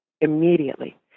immediately